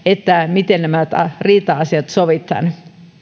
miten nämä riita asiat sovitaan